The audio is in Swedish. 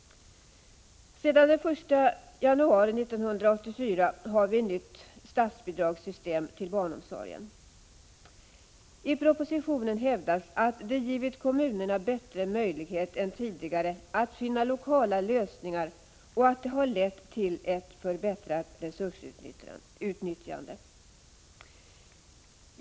Sedan den 1 januari 1984 har vi ett nytt statsbidragssystem till barnomsorgen. I propositionen hävdas att det givit kommunerna bättre möjlighet än tidigare att finna lokala lösningar, och det har lett till ett förbättrat resursutnyttjande.